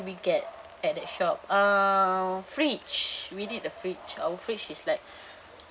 we get at that shop uh fridge we need a fridge our fridge is like